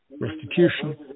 restitution